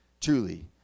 Truly